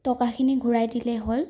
টকাখিনি ঘূৰাই দিলে হ'ল